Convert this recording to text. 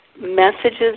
messages